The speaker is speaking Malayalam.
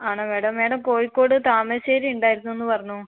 ആണോ മാഡം മാഡം കോഴിക്കോട് താമരശ്ശേരി ഉണ്ടായിരുന്നുന്ന് പറഞ്ഞു